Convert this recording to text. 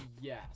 Yes